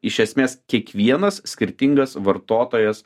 iš esmės kiekvienas skirtingas vartotojas